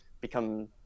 become